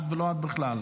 עד ולא עד בכלל?